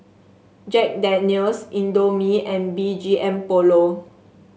Jack Daniel's Indomie and B G M Polo